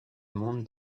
nombre